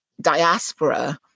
diaspora